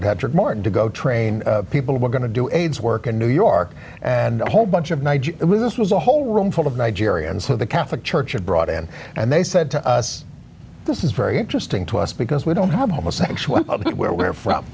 trade mart to go train people were going to do aids work in new york and a whole bunch of niger this was a whole room full of nigeria and so the catholic church had brought in and they said to us this is very interesting to us because we don't have homosexuals where we're from